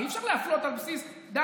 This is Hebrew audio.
הרי אי-אפשר להפלות על בסיס דת,